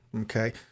okay